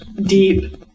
deep